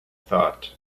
thought